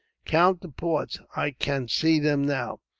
count the ports, i can see them now.